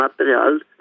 Material